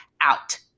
out